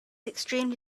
extremely